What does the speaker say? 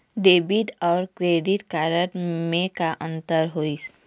Debit अऊ credit card म का अंतर होइस?